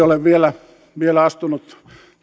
ole vielä vielä astunut